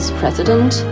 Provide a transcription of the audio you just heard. president